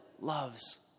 loves